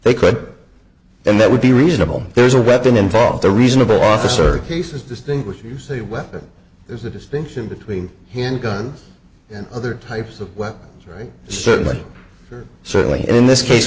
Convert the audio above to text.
they could and that would be reasonable there's a weapon involved the reasonable officer cases distinguish use a weapon there's a distinction between handguns and other types of weapons or certainly certainly in this case